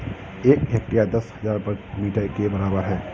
एक हेक्टेयर दस हजार वर्ग मीटर के बराबर है